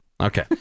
Okay